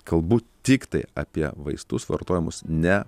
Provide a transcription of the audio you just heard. kalbu tiktai apie vaistus vartojamus ne